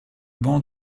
banc